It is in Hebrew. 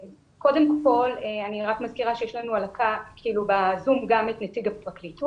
קודם כל אני מזכירה שיש לנו ב-זום גם את נציג הפרקליטות.